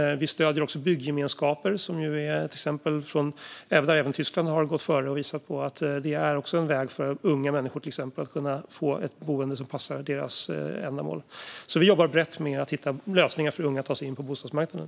Vi stöder också byggemenskaper. Tyskland har även där gått före och visat att det också är en väg för till exempel unga människor att få ett boende som passar deras ändamål. Vi jobbar brett med att hitta lösningar för unga att ta sig in på bostadsmarknaden.